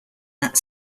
that